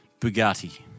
Bugatti